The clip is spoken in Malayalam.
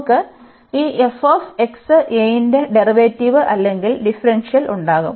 നമുക്ക് ഈ ന്റെ ഡെറിവേറ്റീവ് അല്ലെങ്കിൽ ഡിഫറൻഷ്യൽ ഉണ്ടാകും